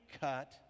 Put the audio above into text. cut